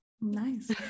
Nice